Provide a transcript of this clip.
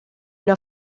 una